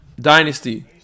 Dynasty